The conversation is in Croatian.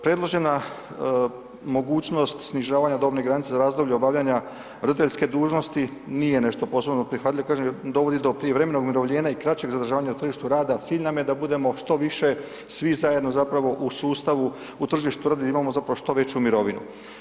Predložena mogućnost snižavanja dobne granice za razdoblje obavljanja roditeljske dužnosti nije nešto posebno prihvatljivo jer kažem dovodi do prijevremenog umirovljenja i kraćeg zadržavanja na tržištu rada, a cilj nam da budemo što više svi zajedno zapravo u sustavu u tržištu rada da imamo zapravo što veću mirovinu.